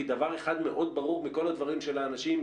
דבר אחד מאוד ברור מכל הדברים של האנשים,